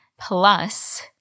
plus